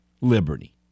Liberty